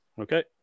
Okay